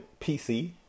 PC